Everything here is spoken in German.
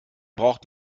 braucht